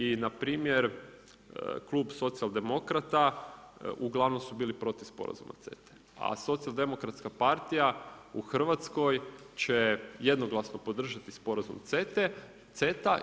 I na primjer klub Socijaldemokrata uglavnom su bili protiv sporazuma CETA-e, a Socijaldemokratska partija u Hrvatskoj će jednoglasno podržati sporazum CETA-e.